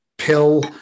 pill